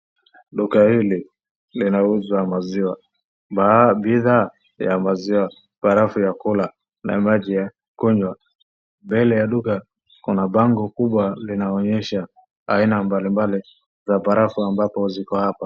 Duka hili linauza maziwa, bidhaa ya maziwa, barafu ya kula na maji ya kunywa. Mbele ya duka kuna bango kubwa linaonyeha aina mbalimbali za barafu ambazo ziko hapa.